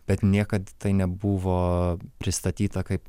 bet niekad nebuvo pristatyta kaip